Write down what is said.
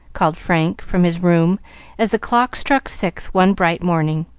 called frank from his room as the clock struck six one bright morning,